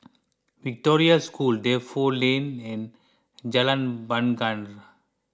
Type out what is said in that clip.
Victoria School Defu Lane and Jalan Bungar